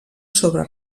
sobre